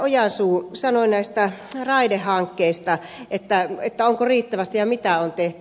ojansuu kysyi raidehankkeista onko riittävästi ja mitä on tehty